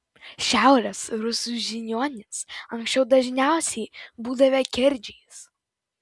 šiaurės rusų žiniuonys anksčiau dažniausiai būdavę kerdžiais